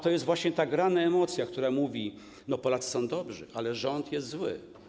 To jest właśnie ta gra na emocjach, która mówi: Polacy są dobrzy, ale rząd jest zły.